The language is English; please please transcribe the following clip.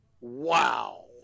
Wow